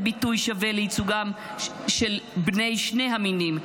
ביטוי שווה לייצוגם של בני שני המינים,